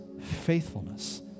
faithfulness